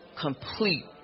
complete